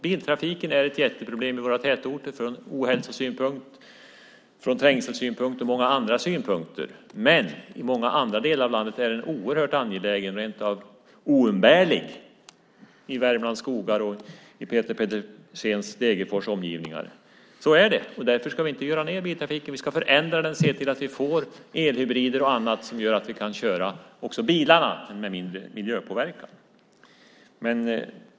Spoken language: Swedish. Biltrafiken är ett jätteproblem i våra tätorter från ohälsosynpunkt, trängselsynpunkt och många andra synpunkter. Men i många andra delar av landet är den oerhört angelägen, rent av oumbärlig - i Värmlands skogar och i Peter Pedersens Degerfors och omgivningar. Så är det. Därför ska vi inte göra ned biltrafiken utan vi ska förändra den och se till att vi får elhybrider och så vidare som gör att vi kan köra också bilarna med mindre miljöpåverkan.